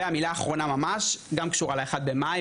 ומילה אחרונה שגם קשורה ל-1 במאי.